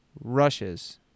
rushes